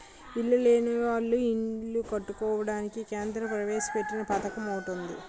ఇల్లు లేనోళ్లు ఇల్లు కట్టుకోవడానికి కేంద్ర ప్రవేశపెట్టిన పధకమటిది